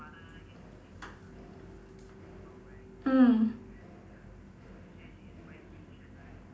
mm